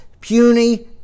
puny